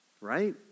Right